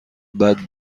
بعد